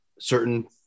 certain